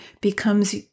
becomes